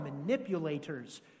manipulators